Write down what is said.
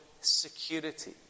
security